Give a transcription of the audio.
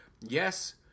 Yes